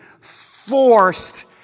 forced